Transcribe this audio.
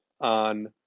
on